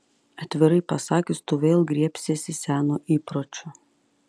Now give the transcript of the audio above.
atvirai pasakius tu vėl griebsiesi seno įpročio